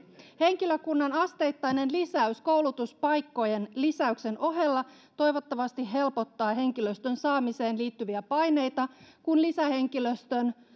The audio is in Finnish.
henkilökunnan asteittainen lisäys koulutuspaikkojen lisäyksen ohella toivottavasti helpottaa henkilöstön saamiseen liittyviä paineita kun lisähenkilöstön